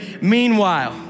Meanwhile